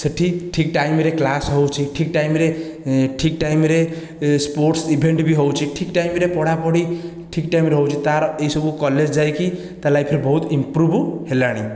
ସେଠି ଠିକ୍ ଟାଇମ୍ରେ କ୍ଲାସ୍ ହେଉଛି ଠିକ୍ ଟାଇମ୍ରେ ଠିକ୍ ଟାଇମ୍ରେ ସ୍ପୋର୍ଟସ୍ ଇଭେଣ୍ଟ ବି ହେଉଛି ଠିକ୍ ଟାଇମ୍ରେ ପଢ଼ାପଢ଼ି ଠିକ୍ ଟାଇମ୍ରେ ହେଉଛି ତା'ର ଏହି ସବୁ କଲେଜ ଯାଇକି ତା' ଲାଇଫ୍ରେ ବହୁତ ଇମ୍ପ୍ରୁଭ୍ ହେଲାଣି